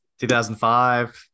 2005